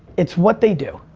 it's what they do.